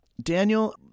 Daniel